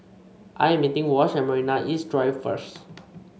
I am meeting Wash at Marina East Drive first